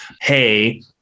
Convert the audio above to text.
hey